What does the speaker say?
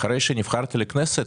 אחרי שנבחרתי לכנסת,